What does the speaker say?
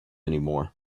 anymore